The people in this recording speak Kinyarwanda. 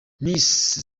miss